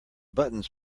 buttons